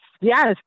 yes